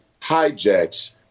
hijacks